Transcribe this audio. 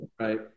Right